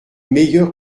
meilleure